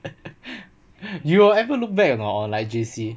you will ever look back or not on like J_C